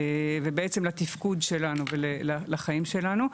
ובעצם לתפקוד שלנו ולחיים שלנו.